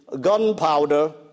gunpowder